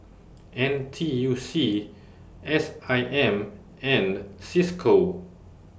N T U C S I M and CISCO